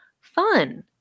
fun